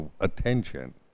attention